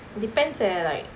depends eh like